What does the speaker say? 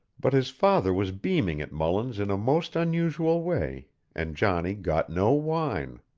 but his father was beaming at mullins in a most unusual way and johnny got no wine.